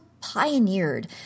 pioneered